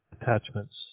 attachments